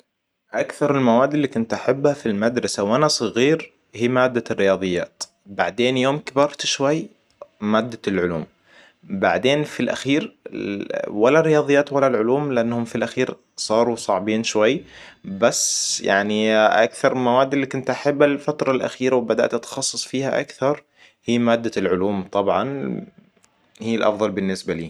أكثر المواد اللي كنت أحبها في المدرسة وأنا صغير هي مادة الرياضيات. بعدين يوم كبرت شوي مادة العلوم. بعدين في الأخير ولا الرياضيات ولا العلوم لأنهم في الاخير صاروا صعبين شوي. بس يعني أكثر المواد اللي كنت أحبها الفترة الأخيره وبدأت اتخصص فيها اكثر هي مادة العلوم طبعاً هي الأفضل بالنسبة لي